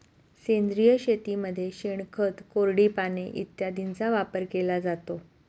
सेंद्रिय शेतीमध्ये शेणखत, कोरडी पाने इत्यादींचा वापर केला जातो